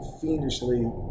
fiendishly